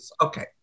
okay